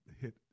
hit